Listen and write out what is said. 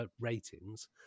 ratings